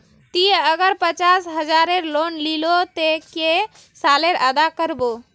ती अगर पचास हजारेर लोन लिलो ते कै साले अदा कर बो?